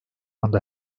anda